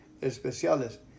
especiales